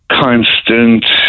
constant